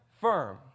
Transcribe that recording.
firm